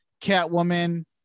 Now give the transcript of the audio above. Catwoman